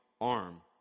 arm